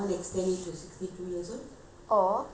or if they